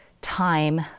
time